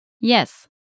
Yes